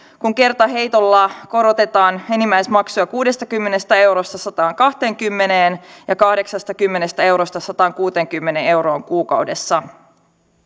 kun kertaheitolla korotetaan enimmäismaksuja kuudestakymmenestä eurosta sataankahteenkymmeneen euroon ja kahdeksastakymmenestä eurosta sataankuuteenkymmeneen euroon kuukaudessa